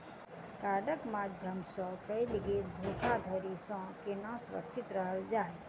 कार्डक माध्यम सँ कैल गेल धोखाधड़ी सँ केना सुरक्षित रहल जाए?